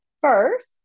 first